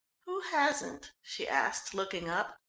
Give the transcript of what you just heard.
who hasn't? she asked, looking up.